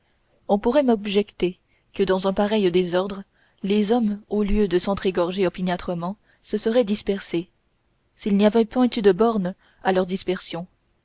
on pourrait m'objecter que dans un pareil désordre les hommes au lieu de s'entr'égorger opiniâtrement se seraient dispersés s'il n'y avait point eu de bornes à leur dispersion